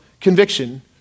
conviction